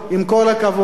עם כל הכבוד,